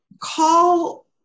call